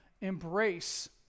embrace